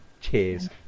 Cheers